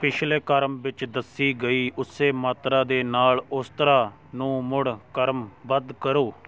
ਪਿਛਲੇ ਕ੍ਰਮ ਵਿੱਚ ਦੱਸੀ ਗਈ ਉਸੇ ਮਾਤਰਾ ਦੇ ਨਾਲ ਉਸਤਰਾ ਨੂੰ ਮੁੜ ਕ੍ਰਮਬੱਧ ਕਰੋ